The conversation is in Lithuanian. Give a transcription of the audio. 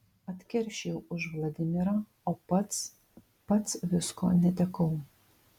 atkeršijau už vladimirą o pats pats visko netekau